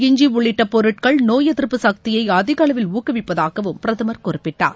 இஞ்சி உள்ளிட்ட பொருட்கள் நோய் எதிர்ப்பு சக்தியை அதிகஅளவில் ஊக்குவிப்பதாகவும் பிரதமர் குறிப்பிட்டார்